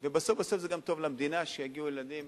בסוף בסוף זה גם טוב למדינה שיגיעו ילדים